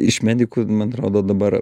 iš medikų man atrodo dabar